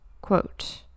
quote